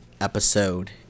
episode